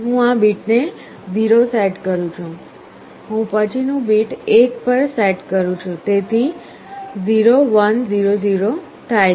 હું આ બીટને 0 સેટ કરું છું હું પછીનું બીટ 1 સેટ કરું છું તેથી 0 1 0 0 થાય છે